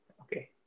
okay